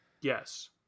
Yes